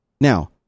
Now